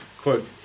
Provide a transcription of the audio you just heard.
quote